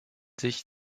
sich